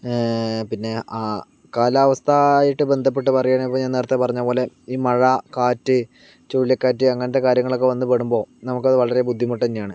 പിന്നെ ആ കാലാവസ്ഥയുമായിട്ട് ബന്ധപ്പെട്ട പറയുകയാണെങ്കിൽ ഞാൻ നേരത്തെ പറഞ്ഞ പോലെ ഈ മഴ കാറ്റ് ചുഴലിക്കാറ്റ് അങ്ങനത്തെ കാര്യങ്ങളൊക്കെ വന്നു പെടുമ്പോൾ നമുക്കത് വളരെ ബുദ്ധിമുട്ട് തന്നെയാണ്